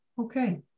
Okay